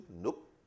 Nope